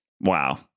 Wow